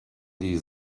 die